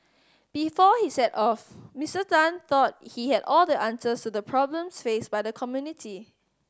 before he set off Mister Tan thought he had all the answers to the problems faced by the community